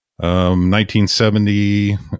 1970